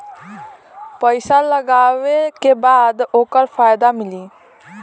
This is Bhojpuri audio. पइसा लगावे के बाद ओकर फायदा मिली